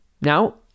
Now